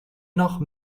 noch